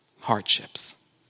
hardships